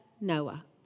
Noah